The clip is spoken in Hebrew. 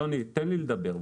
יוני, תן לי לדבר בבקשה.